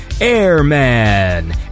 Airman